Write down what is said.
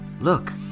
Look